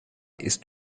ist